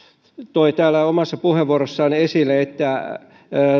toi täällä omassa puheenvuorossaan esille että